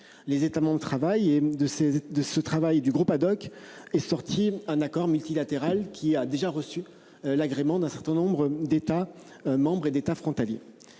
les États membres de travail et de ses de ce travail du groupe ad-hoc est sorti un accord multilatéral qui a déjà reçu l'agrément d'un certain nombre d'États membres et d'État frontaliers.